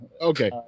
Okay